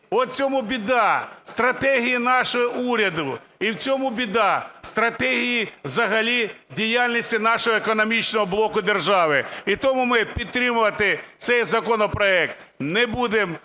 От у цьому біда – в стратегії нашого уряду, і в цьому біда – в стратегії взагалі діяльності нашого економічного блоку держави. І тому ми підтримувати цей законопроект не будемо.